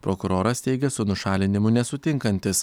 prokuroras teigia su nušalinimu nesutinkantis